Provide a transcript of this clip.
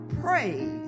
praise